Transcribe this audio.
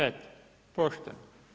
Eto, pošteno.